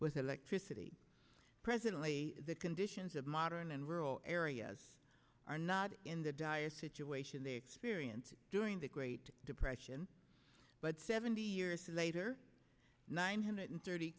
with electricity presently the conditions of modern and rural areas are not in the dire situation they experience during the great depression but seventy years later nine hundred thirty